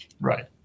Right